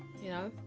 you know,